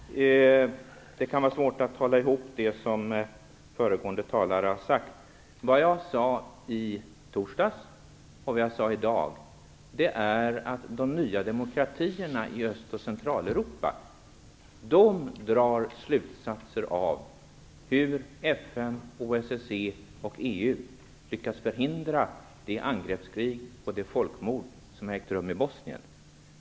Fru talman! Det kan vara svårt att hålla ihop det som föregående talare har sagt. Det jag sade i torsdags och det jag sade i dag är att de nya demokratierna i Öst och Centraleuropa drar slutsatser av hur FN, OSSE och EU lyckas förhindra det angreppskrig och det folkmord som har ägt rum i Bosnien.